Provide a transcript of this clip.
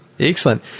Excellent